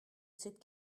cette